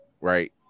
Right